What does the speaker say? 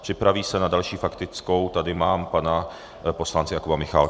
Připraví se, na další faktickou tady mám pana poslance Jakuba Michálka.